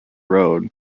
road